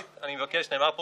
התפשטות נגיף הקורונה